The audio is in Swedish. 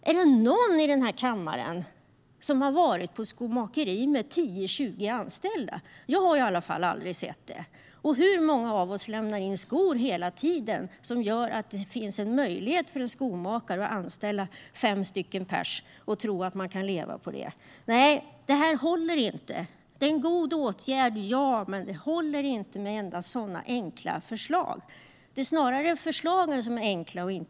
Är det någon i den här kammaren som har varit på ett skomakeri med 10-20 anställda? Jag har i alla fall aldrig varit det. Och hur många av oss lämnar in skor hela tiden som gör att det finns en möjlighet för en skomakare att anställa fem personer och tro att man kan leva på det? Nej, det här håller inte. Det är en god åtgärd, ja, men det håller inte med endast sådana enkla förslag. Det är snarare förslagen som är enkla än jobben.